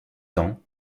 temps